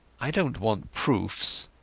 ai donat want proofs.